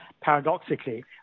paradoxically